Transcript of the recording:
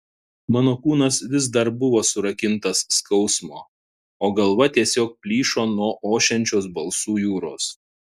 mano kūnas vis dar buvo surakintas skausmo o galva tiesiog plyšo nuo ošiančios balsų jūros